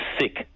sick